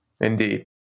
Indeed